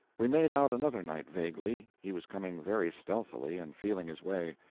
we made out another knight vaguely he was coming very stealthily, and feeling his way.